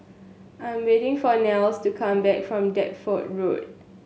I'm waiting for Nels to come back from Deptford Road